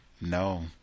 no